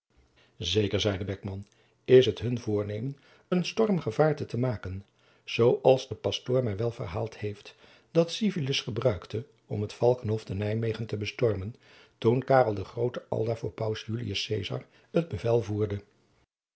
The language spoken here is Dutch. zeker zeide beckman is het hun voornemen een stormgevaarte te maken zoo als de pastor mij wel verhaald heeft dat civilis gebruikte om het valkenhof te nymwegen te bestormen toen karel de groote aldaar voor paus julius cezar het bevel voerde